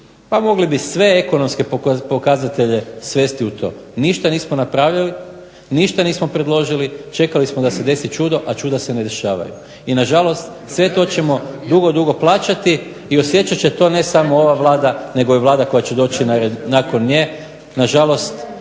pa mogli bi sve ekonomske pokazatelje svesti u to. Ništa nismo predložili, čekali smo da se desi čudo, a čuda se ne dešavaju. I na žalost sve to ćemo dugo, dugo plaćati i osjećat će to ne samo ova Vlada nego i Vlada koja će doći na red